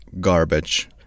garbage